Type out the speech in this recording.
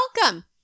welcome